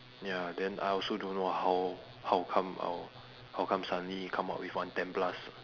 ya then I also don't know how how come I'll how come suddenly come out with one ten plus